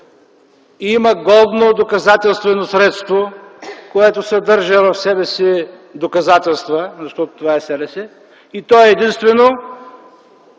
и има годно доказателствено средство, което съдържа в себе си доказателства, защото това е СРС и то е единствено